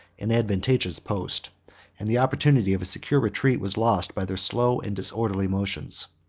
an advantageous post and the opportunity of a secure retreat was lost by their slow and disorderly motions.